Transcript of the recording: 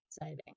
exciting